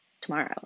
tomorrow